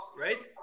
right